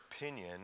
opinion